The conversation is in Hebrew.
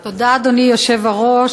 תודה, אדוני היושב-ראש.